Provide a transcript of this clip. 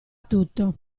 tutto